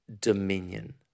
dominion